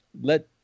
Let